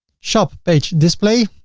shop page display.